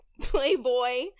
Playboy